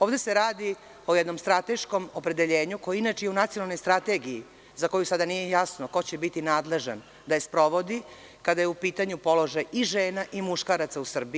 Ovde se radi o jednom strateškom opredeljenju koje je inače i u Nacionalnoj strategiji, za koju sada nije jasno ko će biti nadležan da je sprovodi, kada je u pitanju položaj i žena i muškaraca u Srbiji.